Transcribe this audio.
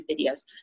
videos